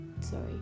Sorry